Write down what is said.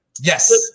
Yes